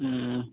ہوں